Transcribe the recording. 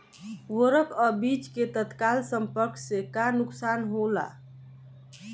उर्वरक अ बीज के तत्काल संपर्क से का नुकसान होला?